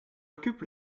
occupe